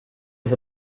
was